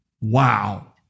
Wow